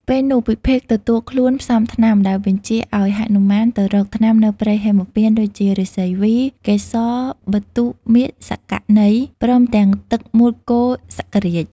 ពេលនោះពិភេកទទួលខ្លួនផ្សំថ្នាំ ដោយបញ្ជាឱ្យ ហនុមានទៅរកថ្នាំនៅព្រៃហេមពាន្ត ដូចជាឫស្សីវី កេសរបទុមាសង្ករណី ព្រមទាំងទឹកមូត្រគោ ឧសករាជ។